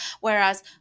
whereas